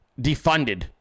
defunded